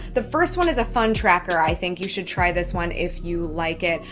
the first one is a fun tracker. i think you should try this one if you like it.